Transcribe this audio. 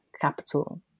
capital